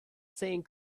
saying